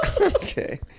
Okay